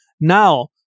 Now